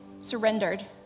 surrendered